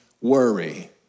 Worry